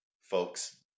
folks